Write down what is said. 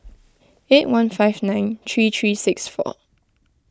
eight one five nine three three six four